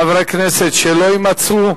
חברי כנסת שלא יימצאו,